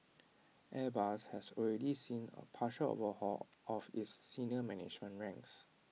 airbus has already seen A partial overhaul of its senior management ranks